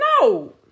No